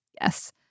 yes